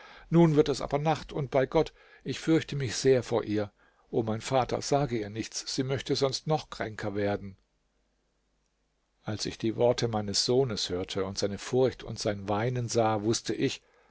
nun wird es aber nacht und bei gott ich fürchte mich sehr vor ihr o mein vater sage ihr nichts sie möchte sonst noch kränker werden als ich die worte meines sohnes hörte und seine furcht und sein weinen sah wußte ich